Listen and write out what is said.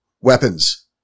weapons